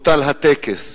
בוטל הטקס,